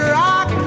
rock